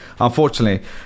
unfortunately